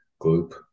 gloop